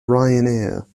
ryanair